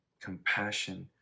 compassion